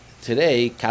today